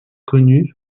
connu